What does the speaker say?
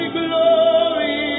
glory